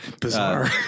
Bizarre